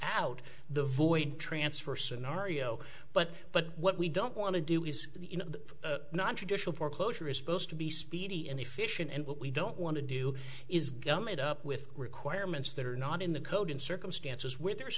out the void transfer scenario but but what we don't want to do is the nontraditional foreclosure is supposed to be speedy and efficient and what we don't want to do is gum it up with requirements that are not in the code in circumstances where there is